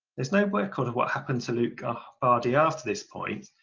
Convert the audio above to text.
there's no but record of what happened to luke vardy after this point,